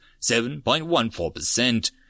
7.14%